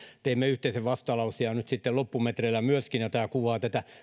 teimme yhteisen vastalauseen ja nyt sitten loppumetreillä myöskin ja tämä kuvaa